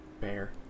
Bear